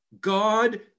God